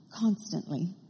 Constantly